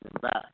back